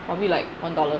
probably like one dollar